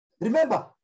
Remember